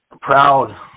proud